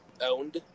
owned